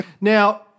Now